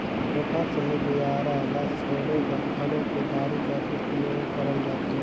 कोठार चहे बियारा ल छोले बर घलो कुदारी कर उपियोग करल जाथे